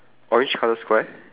orange colour square